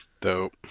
Dope